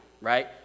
right